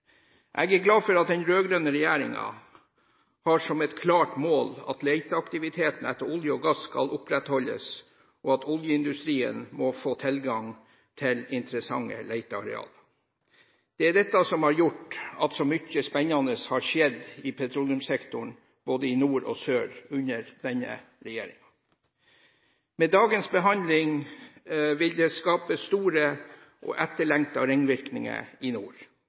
Jeg er glad for at den rød-grønne regjeringen har som et klart mål at leteaktiviteten etter olje og gass skal opprettholdes, og at oljeindustrien må få tilgang til interessante leteareal. Det er dette som har gjort at så mye spennende har skjedd i petroleumssektoren både i nord og sør under denne regjeringen. Med dagens behandling vil det skapes store og etterlengtede ringvirkninger i nord.